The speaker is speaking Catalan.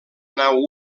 nau